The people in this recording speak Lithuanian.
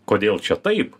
kodėl čia taip